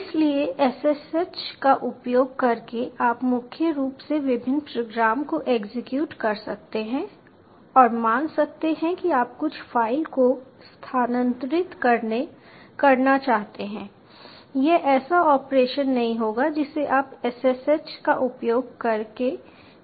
इसलिए SSH का उपयोग करके आप मुख्य रूप से विभिन्न प्रोग्राम को एग्जीक्यूट कर सकते हैं और मान सकते हैं कि आप कुछ फ़ाइल को स्थानांतरित करना चाहते हैं यह ऐसा ऑपरेशन नहीं होगा जिसे आप SSH का उपयोग करके नहीं कर पाएंगे